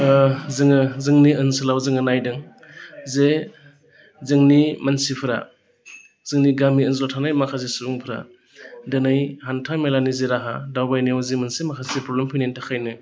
जोङो जोंनि ओनसोलाव जोङो नायदों जे जोंनि मानसिफ्रा जोंनि गामि ओनसोलाव थानाय माखासे सुबुंफोरा दिनै हान्थामेलानि जि राहा दावबायनायाव जि मोनसे माखासे प्रब्लेम फैनायनि थाखायनो